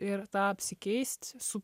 ir tą apsikeist su